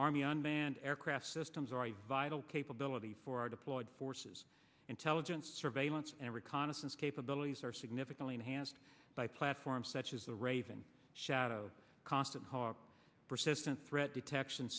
army unmanned aircraft systems are a vital capability for our deployed forces intelligence surveillance and reconnaissance capabilities are significantly enhanced by platforms such as the raven shadow cost and persistent threat detection